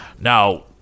Now